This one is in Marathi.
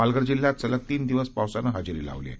पालघर जिल्ह्यात सलग तीन दिवस पावसानं हजेरी लावली आहे